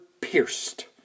pierced